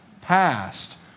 Passed